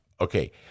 Okay